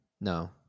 No